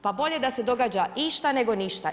Pa bolje da se događa išta nego ništa.